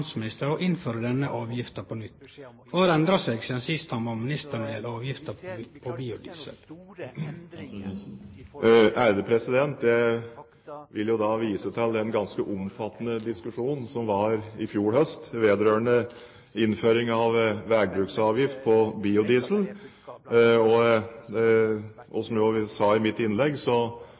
nytt. Kva har endra seg sidan sist han var minister, når det gjeld avgifter på biodiesel? Jeg vil vise til den ganske omfattende diskusjonen som var i fjor høst vedrørende innføring av veibruksavgift på biodiesel. Og som jeg sa i mitt innlegg, vedtok man da halv avgift for i år, og så